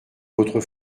votre